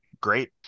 great